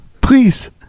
please